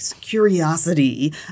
curiosity